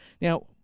now